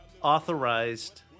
authorized